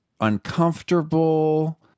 uncomfortable